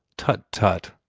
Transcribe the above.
tut! tut!